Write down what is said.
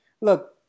look